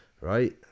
Right